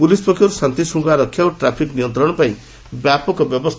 police ପକ୍ଷରୁ ଶାନ୍ତିଶୃଙ୍ଖଳା ରକ୍ଷା ଓ ଟ୍ରାଫିକ୍ ନିୟନ୍ତଣ ପାଇଁ ବ୍ୟାପକ ବ୍ୟବସ୍ତା କରାଯାଇଛି